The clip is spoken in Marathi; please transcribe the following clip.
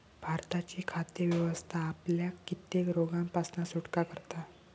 भारताची खाद्य व्यवस्था आपल्याक कित्येक रोगांपासना सुटका करता